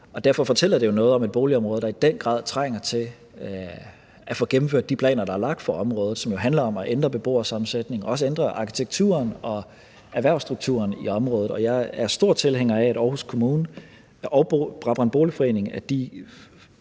Derfor fortæller det jo noget om et boligområde, der i den grad trænger til at få gennemført de planer, der er lagt for området, som handler om at ændre beboersammensætningen og også ændre arkitekturen og erhvervsstrukturen i området. Jeg er stor tilhænger af, at Aarhus Kommune og Brabrand Boligforening